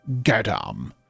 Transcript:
Gadam